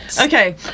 Okay